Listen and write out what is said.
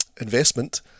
investment